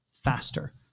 faster